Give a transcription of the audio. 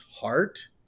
heart